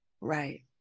Right